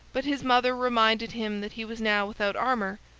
but his mother reminded him that he was now without armor,